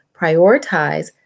prioritize